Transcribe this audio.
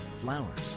flowers